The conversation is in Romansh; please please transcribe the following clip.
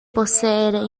posseda